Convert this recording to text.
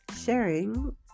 sharing